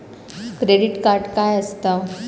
Credit card काय असता?